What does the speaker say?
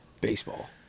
baseball